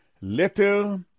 letter